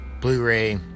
Blu-ray